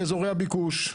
באזורי הביקוש.